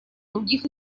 других